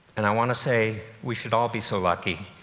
and i want to say, we should all be so lucky.